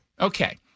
Okay